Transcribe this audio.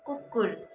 कुकुर